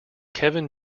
kevin